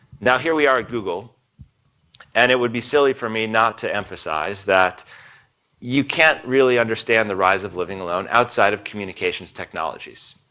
now here we are at google and it would be silly for me not to emphasize that you can't really understand the rise of living alone outside of communications technologies.